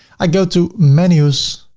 i go to menus